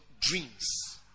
dreams